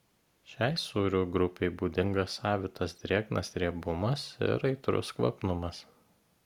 šiai sūrių grupei būdingas savitas drėgnas riebumas ir aitrus kvapnumas